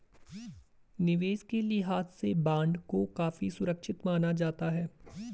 निवेश के लिहाज से बॉन्ड को काफी सुरक्षित माना जाता है